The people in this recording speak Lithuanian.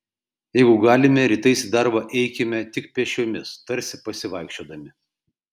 jeigu galime rytais į darbą eikime tik pėsčiomis tarsi pasivaikščiodami